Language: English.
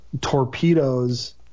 torpedoes